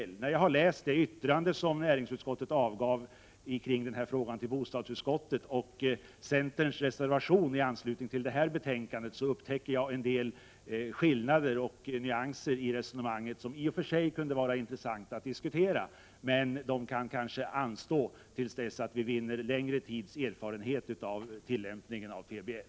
Men när jag har läst det yttrande som näringsutskottet avgav till bostadsutskottet i den frågan och centerns reservation i anslutning till det här betänkandet har jag upptäckt en del skillnader och nyanser i sättet att resonera som det i och för sig kunde vara intressant att diskutera. Men den diskussionen kanske kan anstå till dess vi har vunnit längre tids erfarenhet av tillämpningen av PBL.